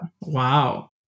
Wow